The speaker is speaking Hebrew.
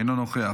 אינו נוכח,